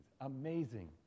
Amazing